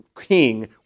king